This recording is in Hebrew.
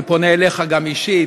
אני פונה אליך גם אישית,